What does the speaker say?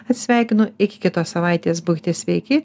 atsisveikinu iki kitos savaitės būkite sveiki